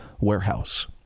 Warehouse